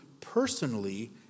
personally